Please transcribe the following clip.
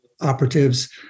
operatives